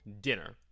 Dinner